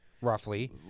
Roughly